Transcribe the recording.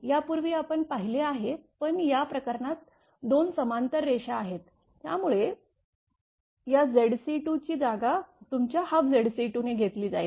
यापूर्वी आपण पाहिले आहे पण या प्रकरणात 2 समांतर रेषा आहेत त्यामुळे त्या Zc2 ची जागा तुमच्या 12Zc2 ने घेतली जाईल